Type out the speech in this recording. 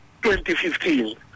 2015